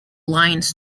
lions